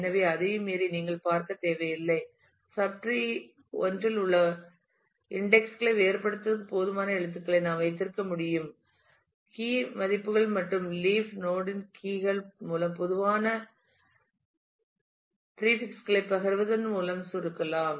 எனவே அதையும் மீறி நீங்கள் பார்க்கத் தேவையில்லை சப்ட்ரீ I இல் உள்ள உள்ளீடுகளை வேறுபடுத்துவதற்கு போதுமான எழுத்துக்களை நாம் வைத்திருக்க முடியும் முக்கிய மதிப்புகள் மற்றும் லீப் நோட் யின் கீ கள் மூலம் பொதுவான முன்னொட்டுகளைப் பகிர்வதன் மூலம் சுருக்கலாம்